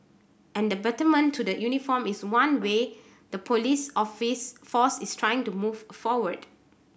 and the betterment to the uniform is one way the police office force is trying to move forward